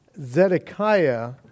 Zedekiah